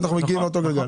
אותו גלגל.